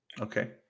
Okay